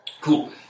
Cool